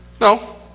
No